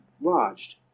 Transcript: lodged